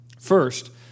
First